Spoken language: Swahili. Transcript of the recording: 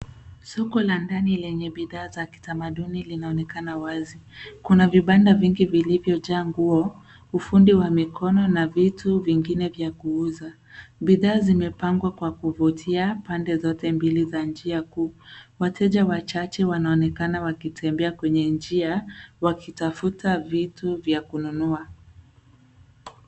Soko la ndani lenye bidhaa za kitamaduni linaonekana wazi. Kuna vibanda vingi vilivyojaa nguo, ufundi wa mikono na vitu vingine vya kuuza. Bidhaa zimepangwa kwa kuvutia pande zote mbili za njia kuu. Wateja wachache wanaonekana wakitembea kwenye njia wakitafuta vitu vya kununua.